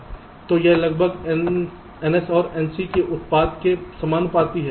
तो यह लगभग ns और nc के उत्पाद के समानुपाती है